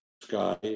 sky